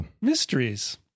mysteries